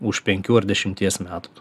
už penkių ar dešimties metų